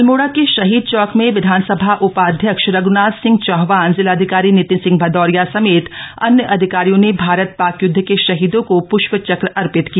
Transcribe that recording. अल्मोड़ा के शहीद चौक में विधानसभा उपाध्यक्ष रघ्नाथ सिंह चौहान जिलाधिकारी नितिन सिंह भदौरिया समेत अन्य अधिकारियों ने भारत शाक यूदध के शहीदों को श्ष्पचक्र अर्पित किया